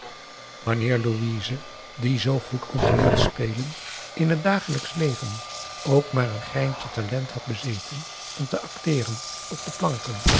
wanneer louise die zoo goed kon tooneel spelen in het dagelijksch leven ook maar een greintje talent had bezeten om te acteeren op de planken